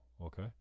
okay